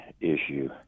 issue